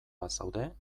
bazaude